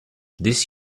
this